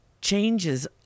changes